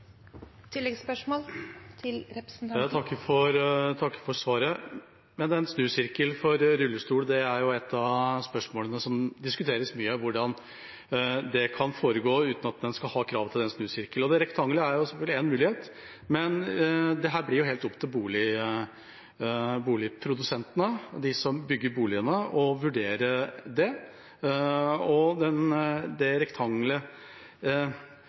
Jeg takker for svaret. Snusirkel for rullestol er et av spørsmålene som diskuteres mye, hvordan snuing kan foregå uten at en skal ha krav til den snusirkelen, og det rektangelet er selvfølgelig en mulighet. Men det blir helt opp til boligprodusentene og de som bygger boligene, å vurdere det. Det rektangelet kan også gi den